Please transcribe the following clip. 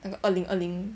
那个二零二零